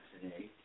today